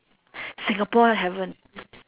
singapore haven't